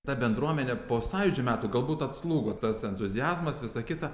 ta bendruomenė po sąjūdžio metų galbūt atslūgo tas entuziazmas visa kita